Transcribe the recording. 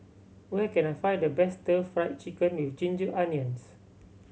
where can I find the best Stir Fried Chicken With Ginger Onions